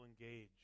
engage